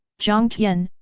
jiang tian,